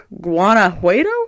Guanajuato